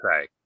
say